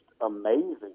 amazing